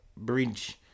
bridge